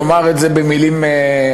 נאמר את זה במילים עדינות,